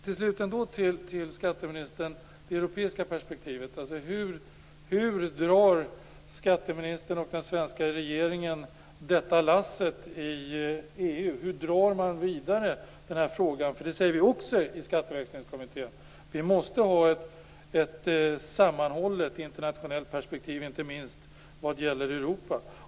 Till slut, skatteministern, vill jag ta upp det europeiska perspektivet. Hur drar skatteministern och den svenska regeringen det här lasset i EU? Hur drar man den här frågan vidare? I Skatteväxlingskommittén sade vi nämligen också att man måste ha ett sammanhållet internationellt perspektiv, inte minst vad gäller Europa.